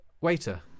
waiter